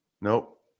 nope